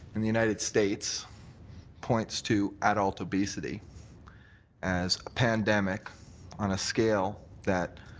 in the united states points to adult obesity as a pandemic on a scale that,